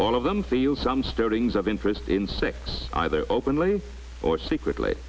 all of them feel some stirrings of interest in sex either openly or secretly